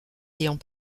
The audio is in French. ayant